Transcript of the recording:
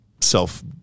self